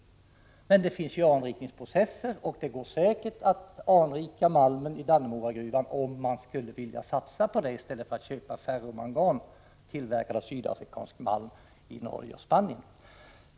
Men det finns ju anrikningsprocesser, och det går säkert att anrika malmen vid Dannemoragruvan, om man skulle vilja satsa på detta i stället för att köpa ferromangan tillverkad av sydafrikansk malm i Norge och Spanien.